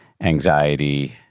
anxiety